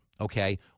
okay